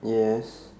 yes